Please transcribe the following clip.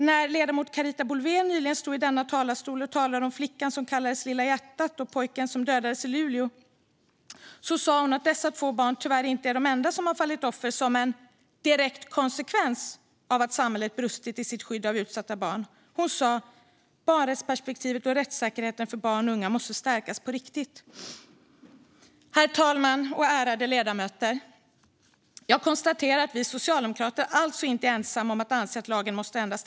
När ledamoten Carita Boulwén nyligen stod i denna talarstol och talade om flickan som kallades Lilla Hjärtat och pojken som dödades i Luleå sa hon att dessa två barn tyvärr inte är de enda som har fallit offer som en direkt konsekvens av att samhället brustit i sitt skydd av utsatta barn. Hon sa: "Barnrättsperspektivet och rättssäkerheten för barn och unga måste stärkas på riktigt." Herr talman! Ärade ledamöter! Jag konstaterar att vi socialdemokrater inte är ensamma om att anse att lagen måste ändras.